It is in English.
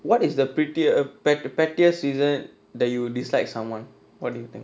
what is the prettier a pat pat pettiest reason that you dislike someone what do you think